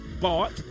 bought